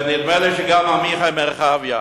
ונדמה לי שגם עמיחי מרחביה.